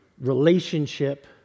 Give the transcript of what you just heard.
relationship